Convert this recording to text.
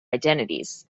identities